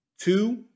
Two